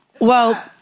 Well-